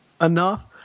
Enough